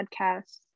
podcasts